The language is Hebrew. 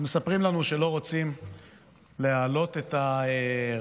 מספרים לנו שלא רוצים להעלות את הרף